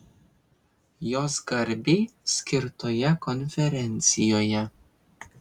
jos garbei skirtoje konferencijoje